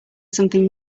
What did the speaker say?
something